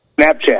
Snapchat